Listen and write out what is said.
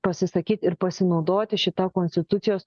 pasisakyt ir pasinaudoti šita konstitucijos